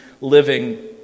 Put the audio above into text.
living